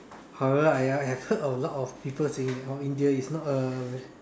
however I I have heard a lot of people saying oh India is not a